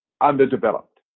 underdeveloped